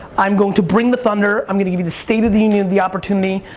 i'm going to bring the thunder, i'm going to give you the state of the union of the opportunity.